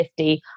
50